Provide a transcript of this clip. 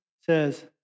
says